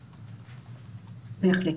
בהחלט.